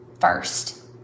first